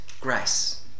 grace